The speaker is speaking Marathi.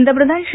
पंतप्रधान श्री